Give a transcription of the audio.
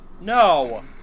No